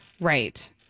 right